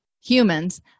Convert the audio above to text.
humans